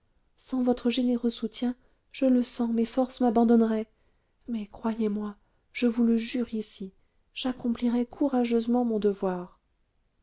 sans votre généreux soutien je le sens mes forces m'abandonneraient mais croyez-moi je vous le jure ici j'accomplirai courageusement mon devoir